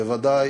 בוודאי